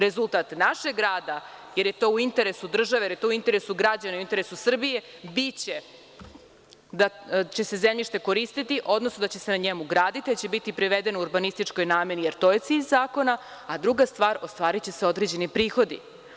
Rezultat našeg rada, jer je to u interesu države, u interesu građana, u interesu Srbije biće da se zemljište koristiti, odnosno da će se na njemu graditi, da će biti privedeno urbanističkoj nameni, jer to je cilj zakona, a druga stvar, ostvariće se određeni prihodi.